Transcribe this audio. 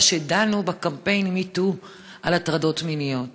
שבה דנו בקמפיין metoo על הטרדות מיניות.